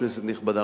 כנסת נכבדה,